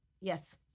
Yes